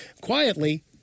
Quietly